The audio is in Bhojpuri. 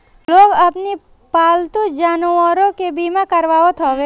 लोग अपनी पालतू जानवरों के बीमा करावत हवे